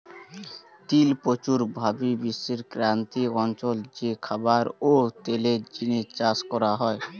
তিল প্রচুর ভাবি বিশ্বের ক্রান্তীয় অঞ্চল রে খাবার ও তেলের জিনে চাষ করা হয়